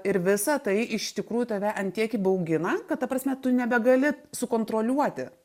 ir visa tai iš tikrųjų tave ant tiek įbaugina kad ta prasme tu nebegali sukontroliuoti